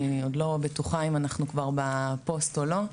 אני עוד לא בטוחה אם אנחנו כבר בפוסט או לא,